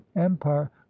empire